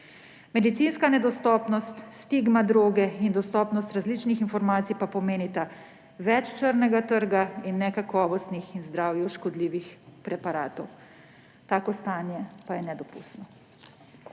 Medicinska nedostopnost, stigma droge in dostopnost različnih informacij pomenijo več črnega trga in nekakovostnih in zdravju škodljivih preparatov. Tako stanje pa je nedopustno.